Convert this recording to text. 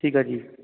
ਠੀਕ ਆ ਜੀ